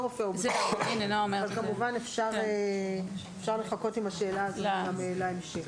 רופא --- אז כמובן אפשר לחכות עם השאלה הזאת להמשך.